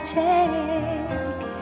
take